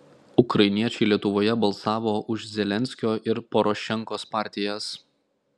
ukrainiečiai lietuvoje balsavo už zelenskio ir porošenkos partijas